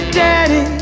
daddy